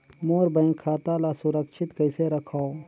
मोर bank खाता ला सुरक्षित कइसे रखव?